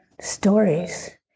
stories